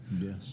Yes